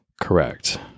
Correct